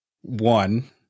one